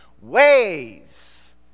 ways